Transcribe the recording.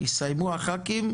יסיימו הח"כים,